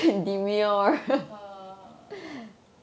err